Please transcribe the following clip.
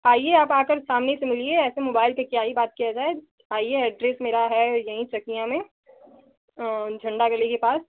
आइए आप आकर सामने से मिलिए ऐसे मोबाइल पर क्या ही बात किया जाए आइए एड्रेस मेरा है यहीं चाकियाँ में झंडा गली के पास